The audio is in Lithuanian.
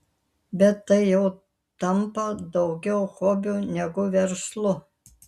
bet tai jau tampa daugiau hobiu negu verslu